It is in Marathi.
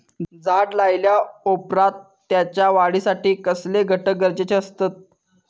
झाड लायल्या ओप्रात त्याच्या वाढीसाठी कसले घटक गरजेचे असत?